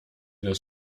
das